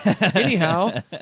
Anyhow